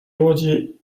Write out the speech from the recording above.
łodzi